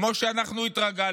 כמו שאנחנו התרגלנו,